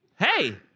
hey